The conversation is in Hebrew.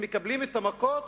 הם מקבלים את המכות,